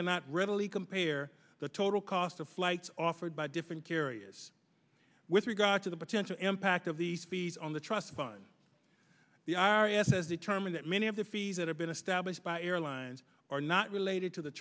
cannot readily compare the total cost of flights offered by different areas with regard to the potential impact of the speeds on the trust fund the i r s says determine that many of the fees that have been established by airlines are not related to the